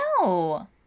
No